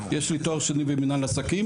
יש לי תואר שני במנהל עסקים,